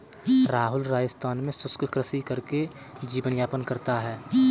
राहुल राजस्थान में शुष्क कृषि करके जीवन यापन करता है